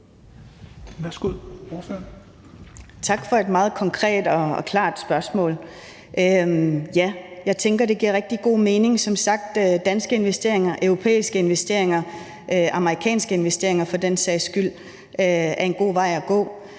Tak for et meget konkret og klart spørgsmål. Ja, jeg tænker, at det giver rigtig god mening. Som sagt er danske investeringer, europæiske investeringer og amerikanske investeringer for den sags skyld en god vej at gå.